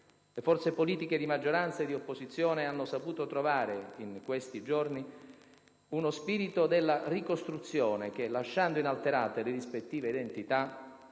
Le forze politiche di maggioranza e di opposizione hanno saputo trovare in questi giorni uno "spirito della ricostruzione" che, lasciando inalterate le rispettive identità,